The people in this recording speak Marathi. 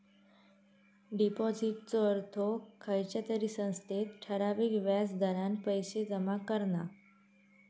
डिपाॅजिटचो अर्थ खयच्या तरी संस्थेत ठराविक व्याज दरान पैशे जमा करणा